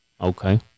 Okay